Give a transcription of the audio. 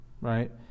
right